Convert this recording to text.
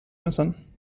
müssen